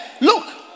look